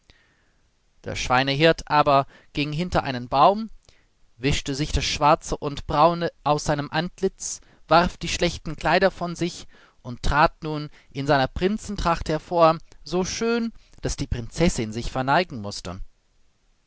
der schweinehirt aber ging hinter einen baum wischte sich das schwarze und braune aus seinem antlitz warf die schlechten kleider von sich und trat nun in seiner prinzentracht hervor so schön daß die prinzessin sich verneigen mußte